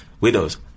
Widow's